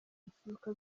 mfuruka